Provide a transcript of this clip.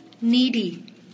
needy